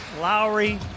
Lowry